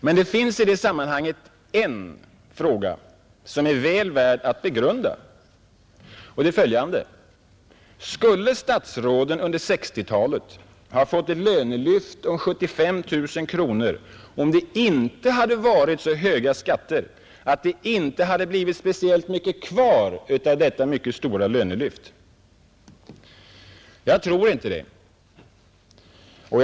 Men det finns i det sammanhanget en fråga som är väl värd att begrunda. Skulle statsråden som tillika är riksdagsmän under 1960-talet ha fått ett lönelyft på 75 000 kronor om det inte hade varit så höga skatter, att det inte blivit speciellt mycket kvar av detta stora lönelyft? Jag tror inte det.